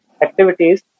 activities